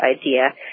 idea